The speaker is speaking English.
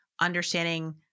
understanding